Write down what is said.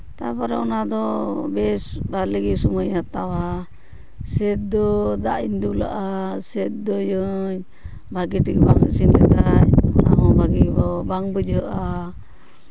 ᱛᱟᱨᱯᱚᱨᱮ ᱚᱱᱟ ᱫᱚ ᱵᱮᱥ ᱵᱷᱟᱹᱞᱤ ᱜᱮ ᱥᱚᱢᱚᱭᱮ ᱦᱟᱛᱟᱣᱟ ᱥᱮᱫᱽᱫᱳ ᱫᱟᱜ ᱤᱧ ᱫᱩᱞᱟᱜᱼᱟ ᱥᱮ ᱥᱮᱫᱽᱫᱳᱭᱟᱹᱧ ᱵᱷᱟᱹᱜᱤ ᱴᱷᱤᱠ ᱵᱟᱝ ᱤᱥᱤᱱ ᱞᱮᱠᱷᱟᱱ ᱵᱷᱟᱹᱜᱤ ᱫᱚ ᱵᱟᱝ ᱵᱩᱡᱷᱟᱹᱜᱼᱟ